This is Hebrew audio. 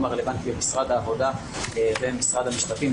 הרלוונטי במשרד העבודה ובמשרד המשפטים,